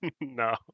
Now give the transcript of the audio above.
No